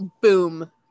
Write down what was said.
boom